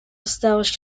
established